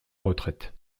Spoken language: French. retraite